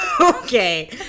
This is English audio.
Okay